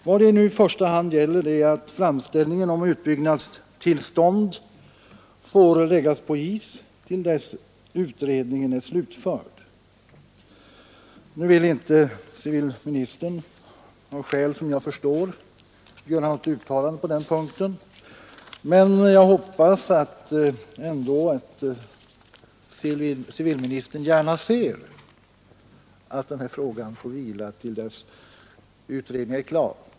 Vad det i första hand gäller är att framställningen om utbyggnadstillstånd får läggas på is till dess utredningen är slutförd. Nu vill inte civilministern av skäl som jag förstår göra något uttalande på den punkten. Men jag hoppas ändå att civilministern gärna ser att den här frågan får vila till dess utredningen är klar.